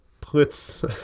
puts